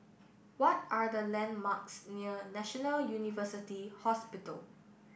what are the landmarks near National University Hospital